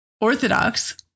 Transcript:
Orthodox